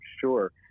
sure